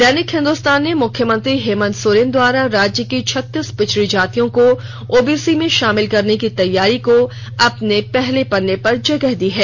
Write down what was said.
दैनिक हिंदुस्तान ने मुख्यमंत्री हेमंत सोरेन द्वारा राज्य की छत्तीस पिछड़ी जातियों को ओबीसी में शामिल करने की तैयारी को अपने अपने पहले पन्ने पर जगह दी है